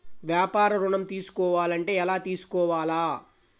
వ్యాపార ఋణం తీసుకోవాలంటే ఎలా తీసుకోవాలా?